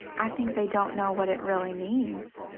i think they don't know what it really means.